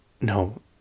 no